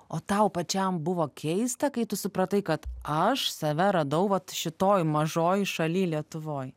o tau pačiam buvo keista kai tu supratai kad aš save radau vat šitoj mažoj šaly lietuvoj